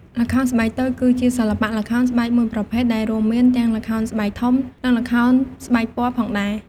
ល្ខោនស្បែកតូច គឺជាសិល្បៈល្ខោនស្បែកមួយប្រភេទ ដែលរួមមានទាំងល្ខោនស្បែកធំ និងល្ខោនស្បែកពណ៌ផងដែរ។